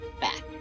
back